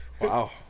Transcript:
wow